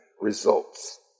results